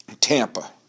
Tampa